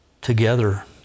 together